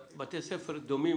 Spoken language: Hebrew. בתי ספר דומים,